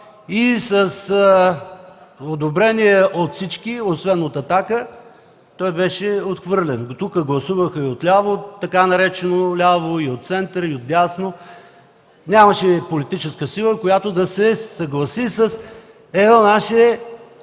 и с одобрение от всички, освен от „Атака”, той беше отхвърлен. Гласуваха отляво, от така нареченото ляво, и от центъра, и отдясно. Нямаше политическа сила, която да се съгласи с едно наше